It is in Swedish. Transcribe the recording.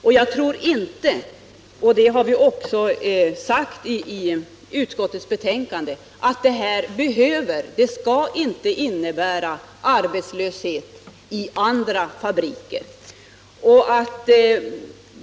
Det här behöver inte — det har vi också sagt i utskottets betänkande — och skall inte innebära arbetslöshet i andra fabriker.